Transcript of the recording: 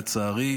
לצערי,